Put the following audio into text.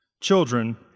children